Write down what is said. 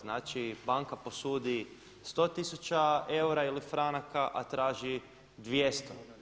Znači, banka posudi 100 tisuća eura ili franaka, a traži 200.